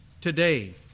today